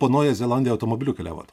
po naująją zelandiją automobiliu keliavot